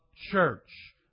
church